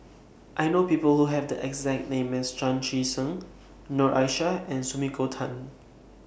I know People Who Have The exact name as Chan Chee Seng Noor Aishah and Sumiko Tan